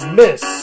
miss